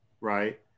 right